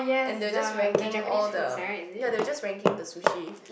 and they just ranking all the ya they are just ranking the sushi